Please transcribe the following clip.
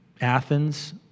Athens